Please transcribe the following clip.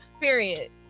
Period